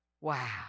Wow